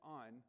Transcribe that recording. on